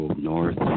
North